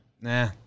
Nah